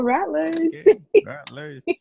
Rattlers